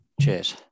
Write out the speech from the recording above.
Cheers